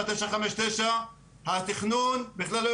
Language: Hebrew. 959 לא היו מדברים בכלל על התכנון.